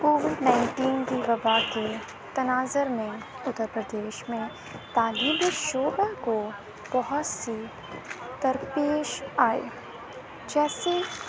Covid nineteen کی وباء کے تناظر میں اتر پردیش میں تعلیمی شعبوں کو بہت سی در پیش آئے جیسے